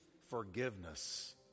forgiveness